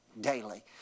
daily